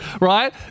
right